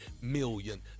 million